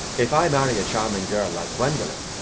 if i marry a charming girl like gwendolen,